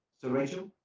torrential.